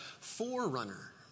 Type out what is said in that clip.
forerunner